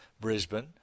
Brisbane